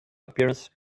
appearance